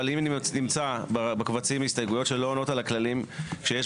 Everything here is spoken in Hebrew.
אבל אם נמצא בקבצים הסתייגויות שלא עונות על הכללים שהם